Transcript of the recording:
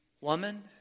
woman